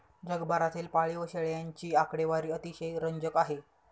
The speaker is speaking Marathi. जगभरातील पाळीव शेळ्यांची आकडेवारी अतिशय रंजक आहे